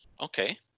okay